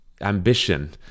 Ambition